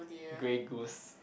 grey goose